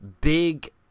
big